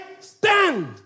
stand